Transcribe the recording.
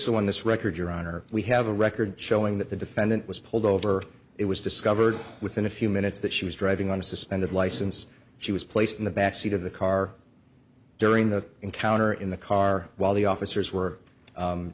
in this record your honor we have a record showing that the defendant was pulled over it was discovered within a few minutes that she was driving on a suspended license she was placed in the back seat of the car during the encounter in the car while the officers were